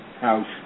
house